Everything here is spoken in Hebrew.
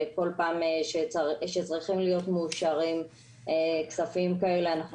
כל פעם שצריכים להיות מאושרים כספים כאלה אנחנו